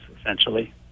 essentially